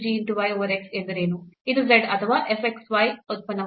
ಇದು z ಅಥವಾ f x y ಉತ್ಪನ್ನವಾಗಿದೆ